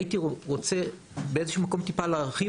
הייתי רוצה באיזה שהוא מקום להרחיב